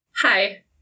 Hi